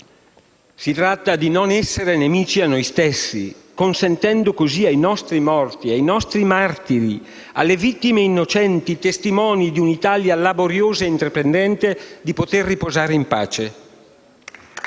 si tratta di non essere nemici a noi stessi, consentendo così ai nostri morti, ai nostri martiri, alle vittime innocenti - testimoni di un'Italia laboriosa e intraprendente - di poter riposare in pace.